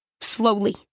slowly